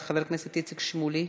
חבר הכנסת איציק שמולי,